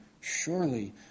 surely